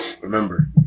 remember